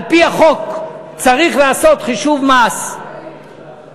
על-פי החוק צריך לעשות חישוב מס מאוחד,